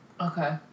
Okay